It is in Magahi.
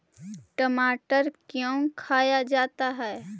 टमाटर क्यों खाया जाता है?